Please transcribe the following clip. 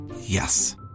Yes